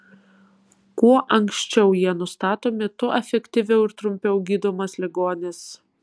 kuo anksčiau jie nustatomi tuo efektyviau ir trumpiau gydomas ligonis